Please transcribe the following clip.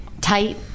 tight